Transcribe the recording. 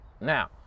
Now